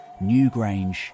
Newgrange